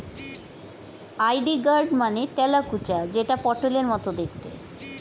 ivy gourd মানে তেলাকুচা যেটা পটলের মতো দেখতে